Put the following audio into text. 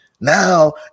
now